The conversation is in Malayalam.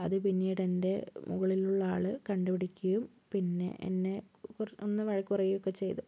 അത് പിന്നീട് എൻ്റെ മുകളിലുള്ള ആള് കണ്ട് പിടിക്കുകയും പിന്നെ എന്നെ ഒന്ന് വഴക്കു പറയുകയൊക്കെ ചെയ്തു